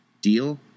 Deal